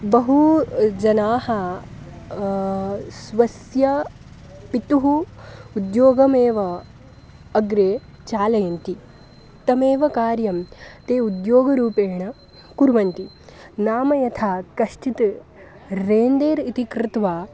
बहवः जनाः स्वेषां पितुः उद्योगमेव अग्रे चालयन्ति तदेव कार्यं ते उद्योगरूपेण कुर्वन्ति नाम यथा कश्चित् रेन्देर् इति कृत्वा